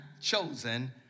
chosen